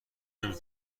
نمی